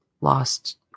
lost